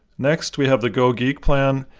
next, we have the gogeek plan,